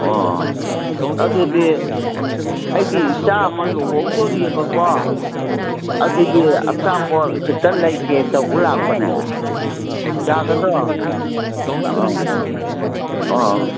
ꯑꯣ ꯑꯗꯨꯗꯤ ꯑꯩꯒꯤ ꯏꯆꯥ ꯑꯃ ꯂꯨꯍꯣꯡꯗꯧꯔꯤꯌꯦꯕꯀꯣ ꯑꯗꯨꯒꯤ ꯑꯆꯥꯄꯣꯠ ꯈꯤꯇ ꯂꯩꯒꯦ ꯇꯧꯕ ꯂꯥꯛꯄꯅꯦ ꯌꯥꯒꯗ꯭ꯔꯣ ꯑꯥ ꯑꯣ